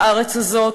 בארץ הזאת,